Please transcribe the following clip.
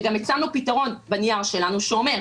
וגם הצענו פתרון בנייר שלנו שאומר,